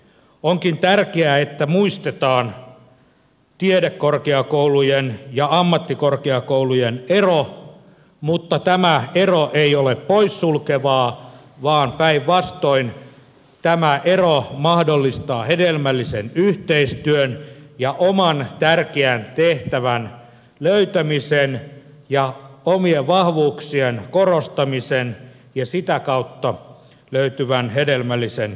onkin tärkeää että muistetaan tiedekorkeakoulujen ja ammattikorkeakoulujen ero mutta tämä ero ei ole poissulkeva vaan päinvastoin tämä ero mahdollistaa hedelmällisen yhteistyön ja oman tärkeän tehtävän löytämisen ja omien vahvuuksien korostamisen ja sitä kautta löytyvän hedelmällisen yhteistyön